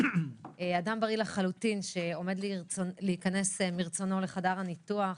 אדם בריא לחלוטין שעומד להיכנס מרצונו לחדר הניתוח,